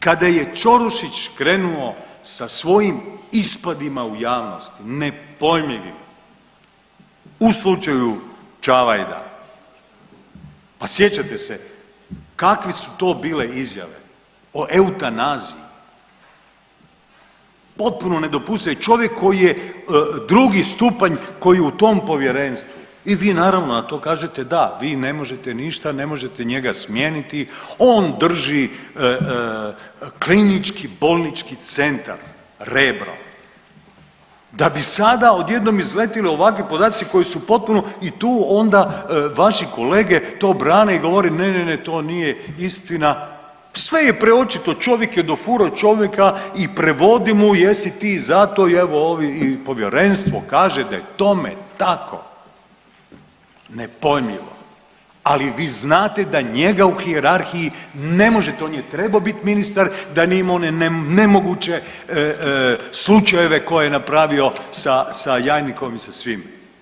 Kada je Ćorušić krenuo sa svojim ispadima u javnost nepojmljivim u slučaju Čavajda, pa sjećate se kakve su to bile izjave o eutanaziji, potpuno nedopustivo, čovjek koji je drugi stupanj koji je u tom povjerenstvu i vi naravno na to kažete da vi ne možete ništa, ne možete njega smijeniti, on drži KBC Rebro da bi sada odjednom izletilo ovakvi podaci koji su potpuno i tu onda vaši kolege to brane i govore ne, ne, ne, to nije istina, sve je preočito, čovjek je dofuro čovjeka i prevodi mu jesi ti za to i evo ovi i povjerenstvo kaže da je tome tako, nepojmljivo, ali vi znate da njega u hijerarhiji ne možete, on je trebao bit ministar da nije imao one nemoguće slučajeve koje je napravio sa, sa jajnikom i sa svim.